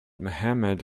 mohammad